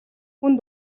хүн